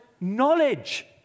knowledge